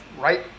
right